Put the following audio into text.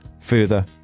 further